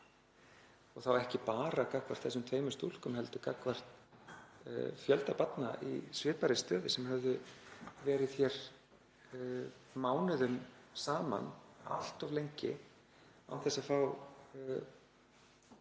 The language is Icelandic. og þá ekki bara gagnvart þessum tveimur stúlkum heldur gagnvart fjölda barna í svipaðri stöðu sem höfðu verið hér mánuðum saman, allt of lengi, án þess að fá